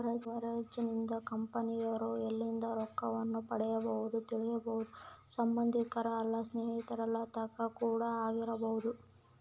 leverage ಲಿಂದ ಕಂಪೆನಿರೊ ಎಲ್ಲಿಂದ ರೊಕ್ಕವನ್ನು ಪಡಿಬೊದೆಂದು ತಿಳಿಬೊದು ಸಂಬಂದಿಕರ ಇಲ್ಲ ಸ್ನೇಹಿತರ ತಕ ಕೂಡ ಆಗಿರಬೊದು